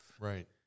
Right